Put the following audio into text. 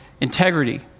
integrity